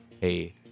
hey